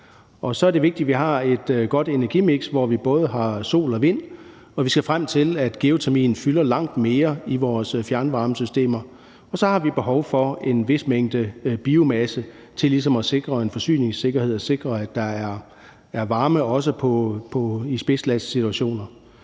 Og så er det vigtigt, at vi har et godt energimiks, hvor vi har både sol og vind. Og vi skal frem til, at geotermien fylder langt mere i vores fjernvarmesystemer. Og så har vi behov for en vis mængde biomasse til ligesom at sikre en forsyningssikkerhed og sikre, at der er varme også i spidsbelastningssituationer.